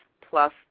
Plus